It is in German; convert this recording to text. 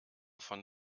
von